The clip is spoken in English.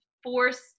force